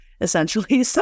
essentially